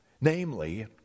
Namely